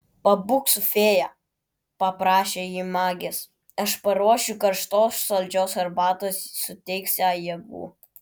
pabūk su fėja paprašė ji magės aš paruošiu karštos saldžios arbatos suteiks jai jėgų